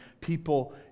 people